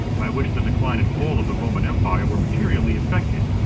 by which the decline and fall of the roman empire were materially affected,